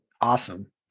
Awesome